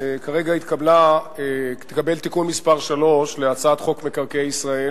כרגע התקבל תיקון מס' 3 להצעת חוק מקרקעי ישראל.